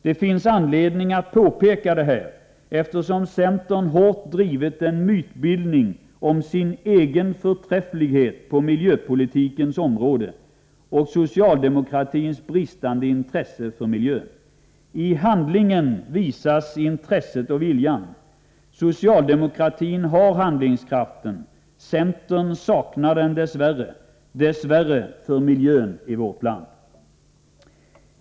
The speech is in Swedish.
Det finns anledning att påpeka detta, eftersom centern hårt drivit en mytbildning om sin egen förträfflighet på miljöpolitikens område och om socialdemokratins bristande intresse för miljön. I handlingen visas intresset och viljan. Socialdemokratin har handlingskraften. Centern saknar den dess värre — dess värre för miljön i vårt land.